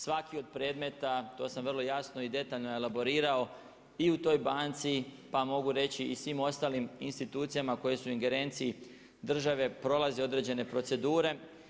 Svaki od predmeta, to sam vrlo jasno i detaljno elaborirao i u toj banci, pa mogu reći i svim ostalim institucijama koje su u ingerenciji države prolazi određene procedure.